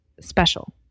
special